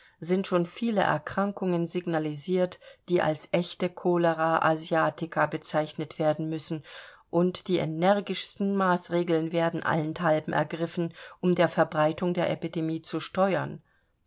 sind schon viele erkrankungen signalisiert die als echte cholera asiatica bezeichnet werden müssen und die energischsten maßregeln werden allenthalben ergriffen um der verbreitung der epidemie zu steuern